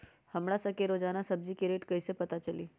हमरा सब के रोजान सब्जी के रेट कईसे पता चली?